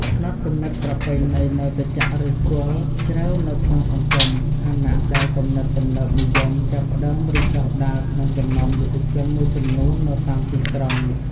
ផ្នត់គំនិតប្រពៃណីនៅតែចាក់ឫសគល់ជ្រៅនៅក្នុងសង្គម ខណៈដែលគំនិតទំនើបនិយមចាប់ផ្តើមរីកដុះដាលក្នុងចំណោមយុវជនមួយចំនួននៅតាមទីក្រុង។